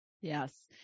Yes